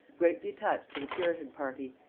greatly attached to the puritan party,